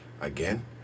again